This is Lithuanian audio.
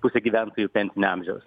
pusė gyventojų pensinio amžiaus